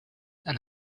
and